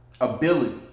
Ability